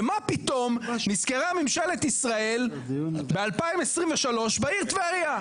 ומה פתאום נזכרה ממשלת ישראל ב-2023 בעיר טבריה?